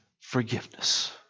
forgiveness